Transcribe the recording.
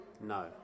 No